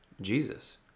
Jesus